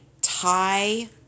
Thai